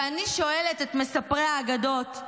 ואני שואלת את מספרי האגדות: